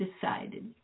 decided